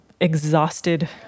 exhausted